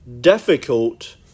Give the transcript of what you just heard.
difficult